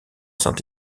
saint